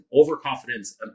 overconfidence